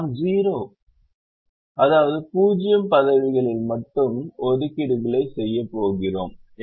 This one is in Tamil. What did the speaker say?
நாம் 0 பதவிகளில் மட்டுமே ஒதுக்கீடுகளை செய்யப் போகிறோம்